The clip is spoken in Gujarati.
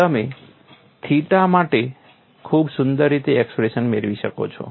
તમે થીટા માટે ખૂબ જ સુંદર રીતે એક્સપ્રેશન મેળવી શકશો